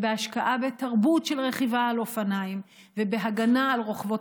בהשקעה בתרבות של רכיבה על אופניים ובהגנה על רוכבות